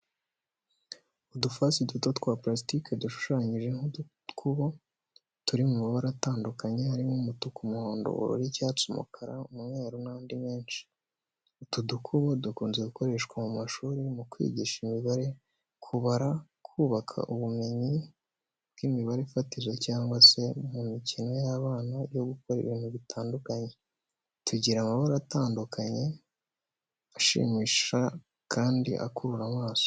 Udufasi duto twa parastiki dushushanyije nk’udukubo, turi mu mabara atandukanye arimo umutuku, umuhondo, ubururu, icyatsi, umukara, umweru n’andi menshi. Utu dukubo dukunze gukoreshwa mu mashuri mu kwigisha imibare, kubara, kubaka ubumenyi bw’imibare fatizo cyangwa se mu mikino y’abana yo gukora ibintu bitandukanye. Tugira amabara atandukanye ashimisha kandi akurura amaso.